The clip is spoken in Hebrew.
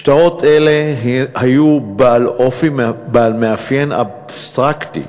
שטרות אלה היו בעלי מאפיין אבסטרקטי,